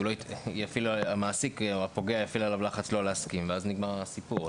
אז המעסיק הפוגע יפעיל עליו לחץ לא להסכים ונגמר הסיפור.